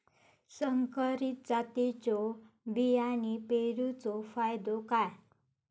संकरित जातींच्यो बियाणी पेरूचो फायदो काय?